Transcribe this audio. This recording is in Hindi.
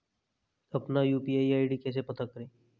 अपना यू.पी.आई आई.डी कैसे पता करें?